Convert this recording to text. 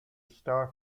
star